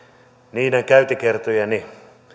niiden käyntikertojeni